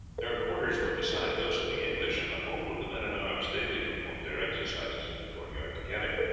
their quarters were beside those of the english, and the whole of the men-at-arms daily performed their exercises in the court-yard together,